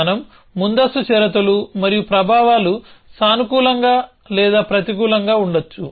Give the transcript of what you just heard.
మనం ముందస్తు షరతులు మరియు ప్రభావాలు సానుకూలంగా లేదా ప్రతికూలంగా ఉండవచ్చు